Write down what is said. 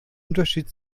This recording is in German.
unterschied